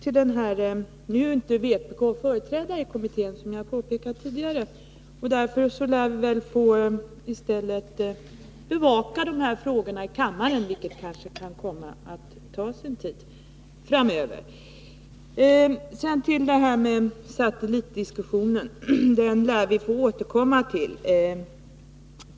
Vpk är inte företrätt i kommittén, som jag har påpekat tidigare, och därför lär vi framöver få bevaka de här frågorna i kammaren i stället, vilket kanske kan komma att ta sin tid. Vi lär väl återkomma till satellitdiskussionen.